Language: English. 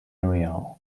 area